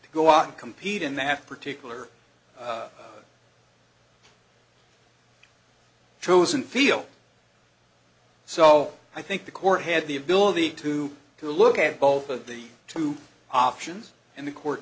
to go out and compete in that have particular chosen field so i think the court had the ability to to look at both of the two options and the court